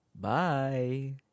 Bye